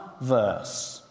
verse